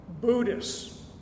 Buddhists